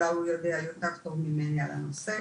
אולי הוא יודע יותר טוב ממני על הנושא.